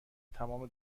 تمام